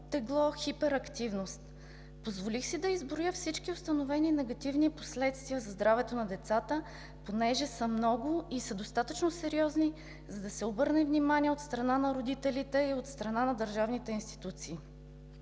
тегло, хиперактивност. Позволих си да изброя всички установени негативни последствия за здравето на децата, понеже са много и са достатъчно сериозни, за да се обърне внимание от страна на родителите и от страна на държавните институции.